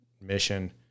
mission